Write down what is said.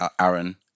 Aaron